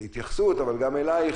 אבל גם אלייך,